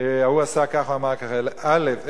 ההוא עשה ככה או אמר ככה, אלא: א.